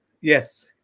Yes